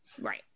Right